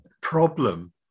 problem